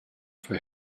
for